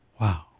Wow